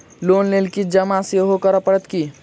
Loan लेल किछ जमा सेहो करै पड़त की?